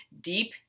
deep